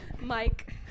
Mike